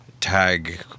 tag